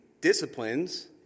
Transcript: disciplines